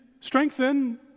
strengthen